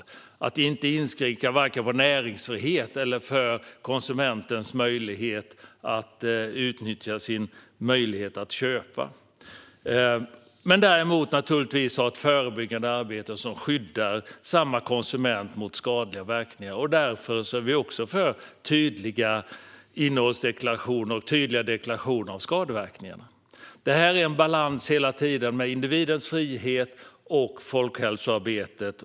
Man ska inte inskränka vare sig vår näringsfrihet eller konsumentens möjlighet att utnyttja sin rätt att köpa tobaksprodukter. Däremot ska det vara ett förebyggande arbete som skyddar samma konsumenter mot skadliga verkningar. Därför är vi också för tydliga innehållsdeklarationer och tydliga deklarationer om skadeverkningar. Detta är hela tiden en balans mellan individens frihet och folkhälsoarbete.